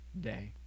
day